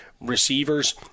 receivers